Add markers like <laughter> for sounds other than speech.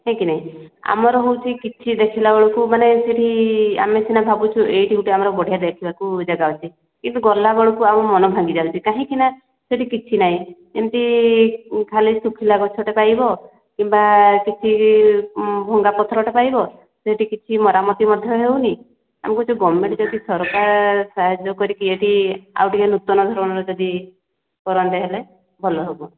ହେ କି ନାହିଁ ଆମର ହଉଛି କିଛି ଦେଖିଲା ବେଳକୁ ମାନେ ସେଠି ଆମେ ସିନା ଭାବୁଛୁ ଏଇଠି ଗୁଟେ ଆମର ଦେଖିବାପାଇଁ ଜାଗାଅଛି କିନ୍ତୁ ଗଲାବେଳକୁ ଆଉ ମନ ଭାଙ୍ଗିଯାଉଛି କାହିଁକିନା ସେଇଠି କିଛିନାହିଁ ଯେମିତି ଖାଲି ଶୁଖିଲା ଗଛଟେ ପାଇବ କିମ୍ବା ସେଇଠି ଭଙ୍ଗା ପଥରଟେ ପାଇବ ସେଇଠି କିଛି ମରାମତି ମଧ୍ୟ ହେଉନି <unintelligible> ଗଭରମେଣ୍ଟ୍ ଯଦି ସରକାର ସାହାଯ୍ୟ କରିକି ଯଦି ଆଉ ଟିକେ ନୂତନ ଧରଣର ଯଦି କରନ୍ତେ ହେଲେ ଆଉ ଟିକେ ଭଲ ହେବ